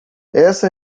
esta